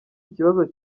ikibazo